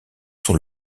sont